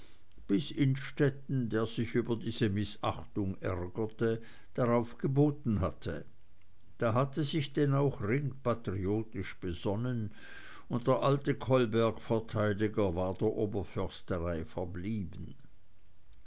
bis innstetten der sich über diese mißachtung ärgerte darauf geboten hatte da hatte sich denn auch ring patriotisch besonnen und der alte kolbergverteidiger war der oberförsterei verblieben